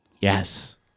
Yes